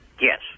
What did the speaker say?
Yes